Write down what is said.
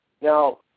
Now